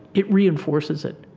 it reinforces it